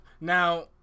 Now